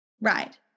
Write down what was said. Right